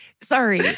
sorry